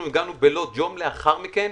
אנחנו הגענו ללוד יום לאחר מכן,